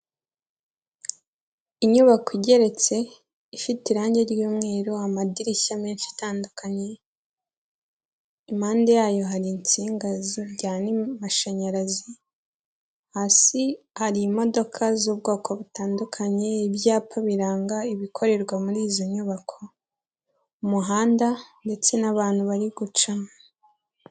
Inyubako igeretse ifite irange ry'umweru, amadirishya menshi atandukanye, impande yayo hari insinga zijyana amashanyarazi, hasi hari imodoka z'ubwoko butandukanye, ibyapa biranga ibikorerwa muri izo nyubako, umuhanda ndetse n'abantu bari gucamo.